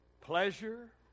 pleasure